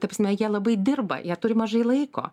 ta prasme jie labai dirba jie turi mažai laiko